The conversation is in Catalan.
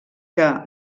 que